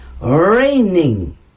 raining